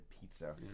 pizza